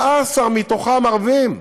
14 מהם, ערבים,